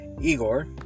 Igor